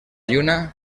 lluna